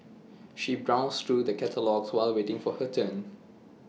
she browsed through the catalogues while waiting for her turn